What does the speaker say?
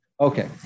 Okay